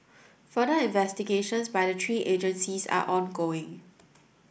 further investigations by the three agencies are ongoing